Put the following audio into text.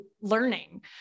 learning